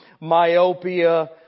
myopia